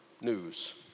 news